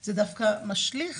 זה דווקא משליך